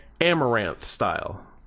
Amaranth-style